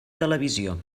televisió